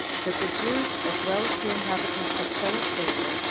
that the jews, as well as the inhabitants of celesyria,